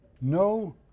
no